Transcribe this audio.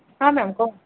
ହଁ ମ୍ୟାମ୍ କୁହନ୍ତୁ